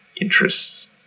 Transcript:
interests